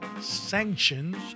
sanctions